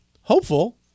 hopeful